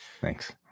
Thanks